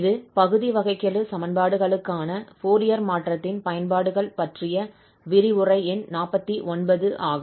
இது பகுதி வகைக்கெழு சமன்பாடுகளுக்கான ஃபோரியர் மாற்றத்தின் பயன்பாடுகள் பற்றிய விரிவுரை எண் 49 ஆகும்